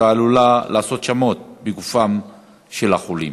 ועלולה לעשות שמות בגופם של החולים